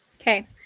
Okay